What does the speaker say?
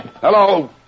Hello